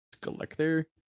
collector